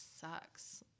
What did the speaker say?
sucks